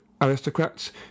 aristocrats